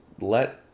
Let